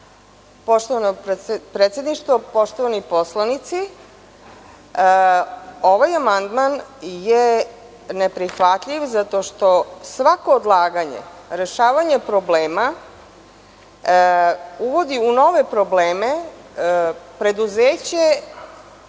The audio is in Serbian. predsedništvo, poštovani poslanici, ovaj amandman je neprihvatljiv zato što svako odlaganje rešavanja problema uvodi u nove probleme preduzeće